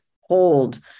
hold